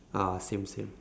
ah same same